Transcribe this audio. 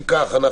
אם כך,